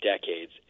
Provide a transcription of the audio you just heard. decades